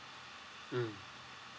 mm